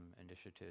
initiative